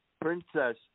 Princess